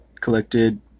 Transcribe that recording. collected